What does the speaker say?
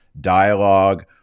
dialogue